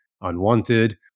unwanted